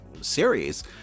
series